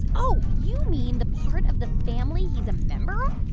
oh, you mean the part of the family he's a member